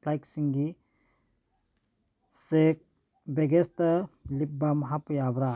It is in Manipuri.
ꯐ꯭ꯂꯥꯏꯠꯁꯤꯡꯒꯤ ꯆꯦꯛ ꯕꯦꯒꯦꯁꯇ ꯂꯤꯞ ꯕꯥꯝ ꯍꯥꯞꯄ ꯌꯥꯕ꯭ꯔꯥ